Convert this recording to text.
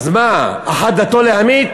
אז מה, אחת דתו להמית?